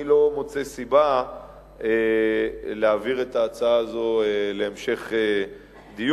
אני לא מוצא סיבה להעביר את ההצעה הזאת להמשך דיון,